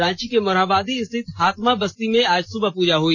रांची के मोरहाबादी स्थित हातमा बस्ती में आज सुबह पूजा हुई